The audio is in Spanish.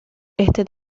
este